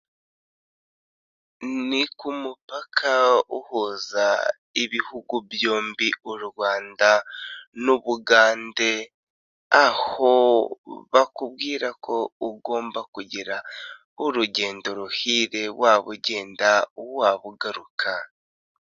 Ni ku kumupaka uhuza ibihugu byombi, u Rwanda n'Ubugande, aho bakubwira ko ugomba kugira urugendo ruhire waba ugenda, waba ugaruka.